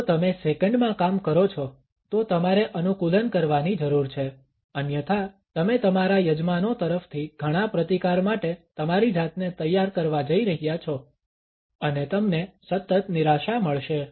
જો તમે સેકંડમાં કામ કરો છો તો તમારે અનુકૂલન કરવાની જરૂર છે અન્યથા તમે તમારા યજમાનો તરફથી ઘણાં પ્રતિકાર માટે તમારી જાતને તૈયાર કરવા જઈ રહ્યા છો અને તમને સતત નિરાશા મળશે